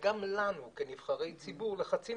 וגם עלינו כנבחרי ציבור היו לחצים